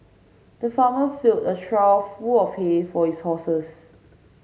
the farmer filled a trough full of hay for his horses